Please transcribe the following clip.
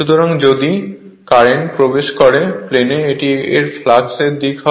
সুতরাং যদি কারেন্ট প্রবেশ করে প্লেনে এটি এর ফ্লাক্সের দিক হবে